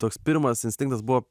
toks pirmas instinktas buvo